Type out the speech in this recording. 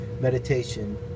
meditation